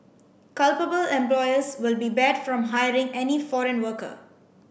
culpable employers will be barred from hiring any foreign worker